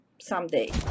someday